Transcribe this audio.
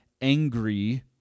angry